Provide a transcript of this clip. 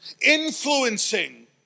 influencing